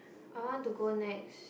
I want to go Nex